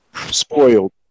spoiled